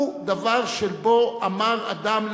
הוא דבר שפה אמר אדם,